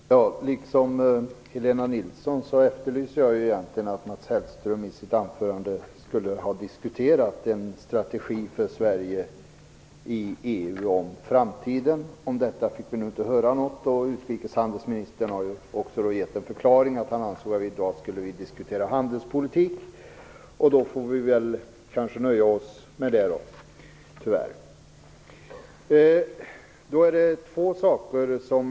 Fru talman! Liksom Helena Nilsson önskar jag att Mats Hellström i sitt anförande hade diskuterat en strategi för Sverige i EU i framtiden. Om detta fick vi inte höra något, och utrikeshandelsministern har också förklarat att han ansåg att vi i dag skulle diskutera handelspolitik. Så då får vi kanske nöja oss med det, tyvärr.